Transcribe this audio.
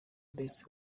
best